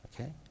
Okay